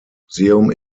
museum